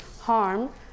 harm